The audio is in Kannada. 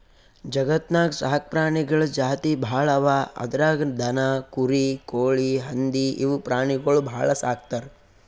ಜಗತ್ತ್ನಾಗ್ ಸಾಕ್ ಪ್ರಾಣಿಗಳ್ ಜಾತಿ ಭಾಳ್ ಅವಾ ಅದ್ರಾಗ್ ದನ, ಕುರಿ, ಕೋಳಿ, ಹಂದಿ ಇವ್ ಪ್ರಾಣಿಗೊಳ್ ಭಾಳ್ ಸಾಕ್ತರ್